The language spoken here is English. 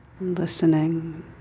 listening